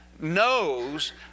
knows